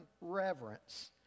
reverence